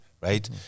right